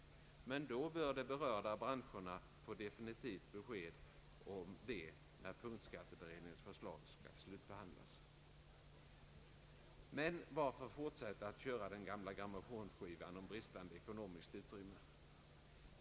Då bör emellertid de berörda branscherna få ett definitivt besked om det, när punktskatteutredningens förslag skall slutbehandlas. Men varför fortsätta att köra den gamla grammofonskivan om bristande ekonomiskt utrymme?